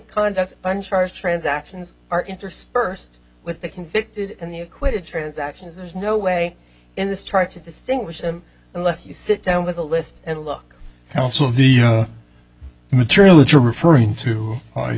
conduct on charges transactions are interspersed with the convicted and the acquitted transactions there's no way in this chart to distinguish them unless you sit down with a list and look down some of the material that you're referring to